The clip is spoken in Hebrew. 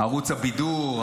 ערוץ הבידור,